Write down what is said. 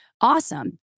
awesome